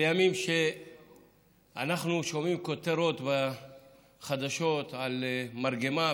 בימים אלה אנחנו שומעים כותרות בחדשות על מרגמה,